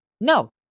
No